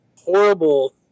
horrible